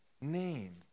name